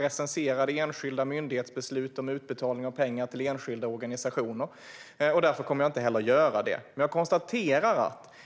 recensera enskilda myndighetsbeslut om utbetalning av pengar till enskilda organisationer. Därför kommer jag inte att göra det. Jag skulle annars hamna i konstitutionsutskottet väldigt snabbt, och det är därför han väljer att formulera frågan på detta sätt.